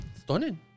Stunning